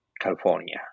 California